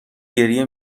گریه